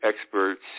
experts